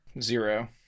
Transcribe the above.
zero